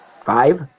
Five